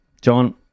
John